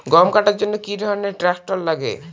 গম কাটার জন্য কি ধরনের ট্রাক্টার লাগে?